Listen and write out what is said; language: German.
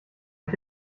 ich